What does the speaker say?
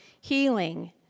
healing